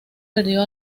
perdió